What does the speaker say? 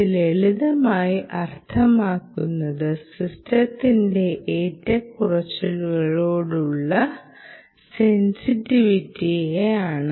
ഇത് ലളിതമായി അർത്ഥമാക്കുന്നത് സിസ്റ്റത്തിന്റെ ഏറ്റക്കുറച്ചിലുകളോടുള്ള സെൻസിറ്റിവിറ്റിയാണ്